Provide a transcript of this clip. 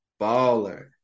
baller